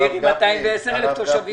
זה יהיה ל-210 אלף תושבים.